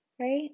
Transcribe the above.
Right